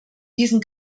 diesen